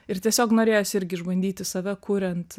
ir tiesiog norėjosi irgi išbandyti save kuriant